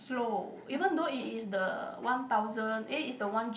slow even though it is the one thousand eh is the one G